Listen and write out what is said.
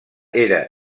era